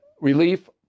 relief